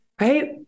right